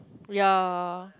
ya